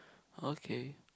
okay